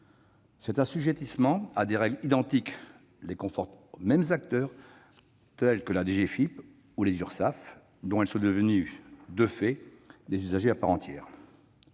Cet assujettissement à des règles identiques les confronte aux mêmes acteurs, telles la DGFiP ou les Urssaf, dont elles sont devenues, de fait, des usagers à part entière.